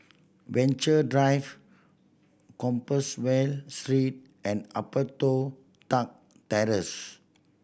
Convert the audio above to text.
Venture Drive Compassvale Street and Upper Toh Tuck Terrace